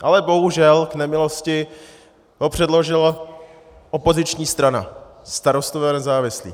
Ale bohužel v nemilosti ho předložila opoziční strana, Starostové a nezávislí.